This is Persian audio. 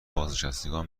بازنشستگان